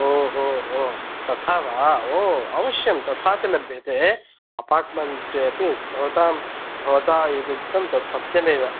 ओहोहो तथा वा हो अवश्यं तथापि लभ्यते अपार्ट्मेन्ट् अपि भवतां भवता यदुक्तं तत् सत्यमेव